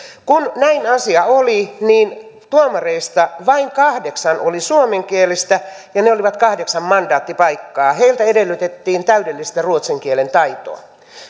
kun näin asia oli niin tuomareista vain kahdeksan oli suomenkielisiä ja ne olivat kahdeksan mandaattipaikkaa heiltä edellytettiin täydellistä ruotsin kielen taitoa